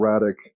erratic